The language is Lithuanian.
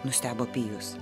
nustebo pijus